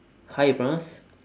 how you pronounce